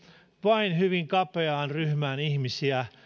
vain hyvin kapeaan ryhmään ihmisiä